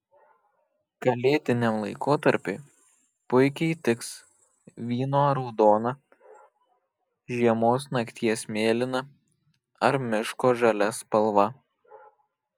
kalėdiniam laikotarpiui puikiai tiks vyno raudona žiemos nakties mėlyna ar miško žalia spalva